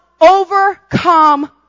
overcome